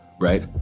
right